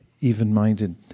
even-minded